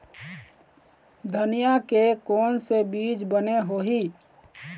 धनिया के कोन से बीज बने होही?